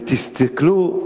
ותסתכלו,